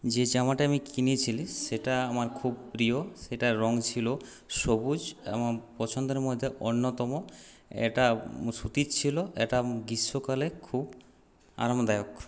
যে জামাটা আমি কিনেছিলাম সেটা আমার খুব প্রিয় সেটার রং ছিল সবুজ এবং পছন্দের মধ্যে অন্যতম এটা সুতির ছিল এটা গ্রীষ্মকালে খুব আরামদায়ক